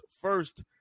first